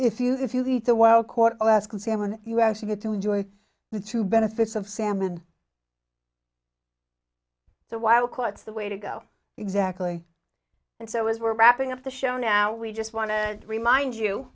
if you if you eat the well court alaskan salmon you actually get to enjoy the two benefits of salmon so while quotes the way to go exactly and so as we're wrapping up the show now we just want to remind you